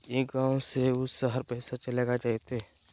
ई गांव से ऊ शहर पैसा चलेगा जयते?